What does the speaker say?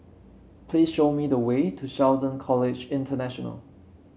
please show me the way to Shelton College International